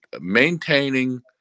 maintaining